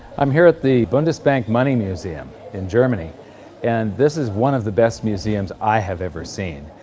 i'm here at the bundesbank money museum in germany and this is one of the best museums i have ever seen.